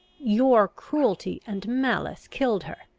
your cruelty and malice killed her!